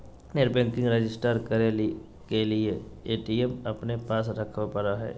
net banking register करे के लिए ए.टी.एम अपने पास रखे पड़ो हइ